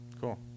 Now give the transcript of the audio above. Cool